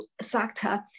sector